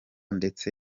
ndetse